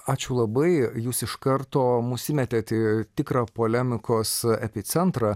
ačiū labai jūs iš karto mus įmet į tikrą polemikos epicentrą